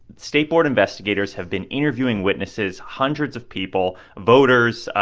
state board investigators have been interviewing witnesses hundreds of people, voters,